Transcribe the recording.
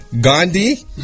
Gandhi